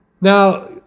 Now